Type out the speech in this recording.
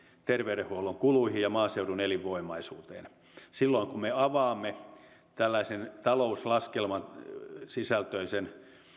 terveydenhuollon kuluihin ja maaseudun elinvoimaisuuteen kun me avaamme tällaisen talouslaskelmasisältöisen